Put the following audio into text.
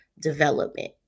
development